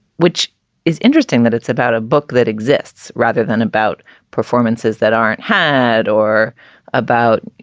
which is interesting, that it's about a book that exists rather than about performances that aren't had or about,